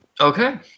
Okay